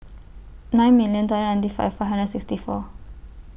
nine million two hundred ninety five hundred sixty four